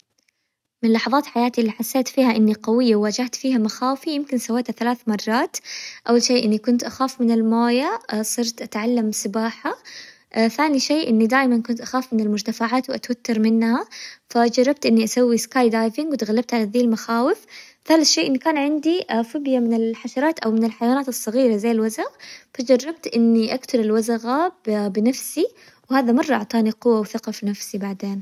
من لحظات حياتي اللي حسيت فيها إني قوية وواجهت فيها مخاوفي يمكن سويتها ثلاث مرات، أول شي إني كنت أخاف من الموية فصرت أتعلم سباحة، ثاني شي إني دايماً كنت أخاف من المرتفعات وأتوتر منها فجربت إني أسوي سكاي دايفنج وتغلبت على ذي المخاوف، ثالث شي إنه كان عندي فوبيا من الحشرات أو من الحيوانات الصغيرة زي الوزغ، فجربت إني أكتل الوزغة بنفسي وهذا مرة أعطاني قوة وثقة في نفسي بعدين.